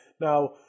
Now